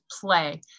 play